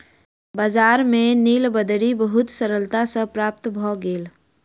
बजार में नीलबदरी बहुत सरलता सॅ प्राप्त भ गेल